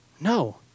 No